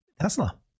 Tesla